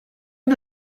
wir